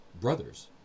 brothers